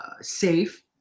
safe